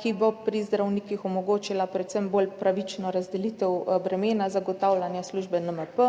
ki bo pri zdravnikih omogočila predvsem bolj pravično razdelitev bremena zagotavljanja službe NMP